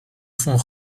font